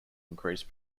increase